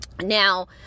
Now